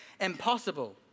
impossible